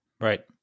right